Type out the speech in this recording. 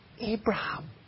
Abraham